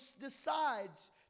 decides